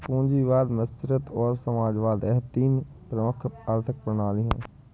पूंजीवाद मिश्रित और समाजवाद यह तीन प्रमुख आर्थिक प्रणाली है